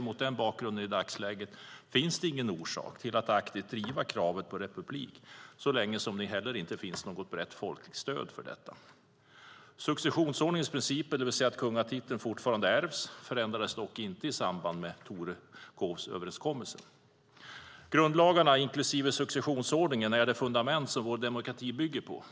Mot den bakgrunden finns i dagsläget ingen orsak att aktivt driva kravet på republik så länge som det inte heller finns något brett folkstöd. Successionsordningens principer, det vill säga att kungatiteln fortfarande ärvs, förändrades dock inte i samband med Torekovsöverenskommelsen. Grundlagarna, inklusive successionsordningen, är det fundament som vår demokrati bygger på.